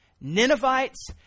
Ninevites